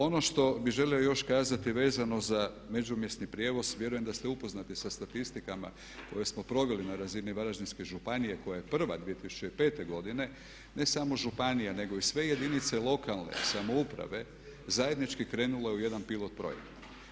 Ono što bih želio još kazati vezano za međumjesni prijevoz, vjerujem da ste upoznati sa statistikama koje smo proveli na razini Varaždinske županije koja je prva 2005. godine, ne samo županija nego i sve jedinice lokalne samouprave zajednički krenule u jedan pilot projekt.